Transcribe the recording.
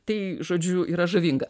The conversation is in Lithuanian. tai žodžiu yra žavinga